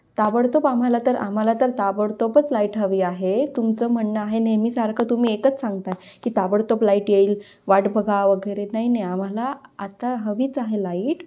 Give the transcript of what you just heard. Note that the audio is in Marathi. ताबडतोब आम्हाला तर आम्हाला तर ताबडतोबच लाईट हवी आहे तुमचं म्हणणं आहे नेहमीसारखं तुम्ही एकच सांगत आहे की ताबडतोब लाईट येईल वाट बघा वगैरे नाही नाही आम्हाला आता हवीच आहे लाईट